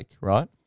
right